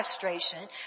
frustration